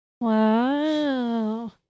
Wow